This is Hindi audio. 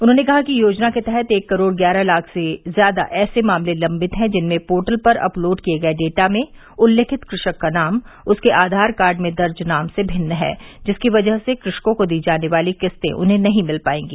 उन्होंने कहा कि योजना के तहत एक करोड़ ग्यारह लाख से ज्यादा ऐसे मामले लम्बित है जिनमें पोर्टल पर अपलोड किये गये डाटा में उल्लिखित कृषक का नाम उसके आधार कार्ड में दर्ज नाम से भिन्न है जिसकी वजह से कृषकों को दी जाने वाली क़िस्तें उन्हें नहीं मिल पायेंगी